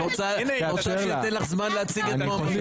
את רוצה שאתן לך זמן להציג את מועמדותך?